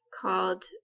called